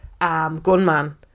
gunman